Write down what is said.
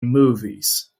movies